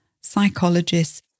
psychologists